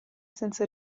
senza